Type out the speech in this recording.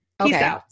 Okay